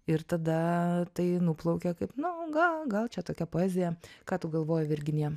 ir tada tai nuplaukia kaip na o gal gal čia tokia poezija ką tu galvoji virginija